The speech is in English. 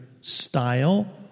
style